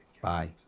Bye